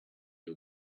you